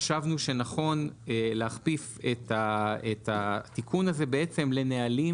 חשבנו שנכון להכפיף את התיקון הזה לנהלים